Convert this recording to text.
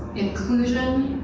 inclusion,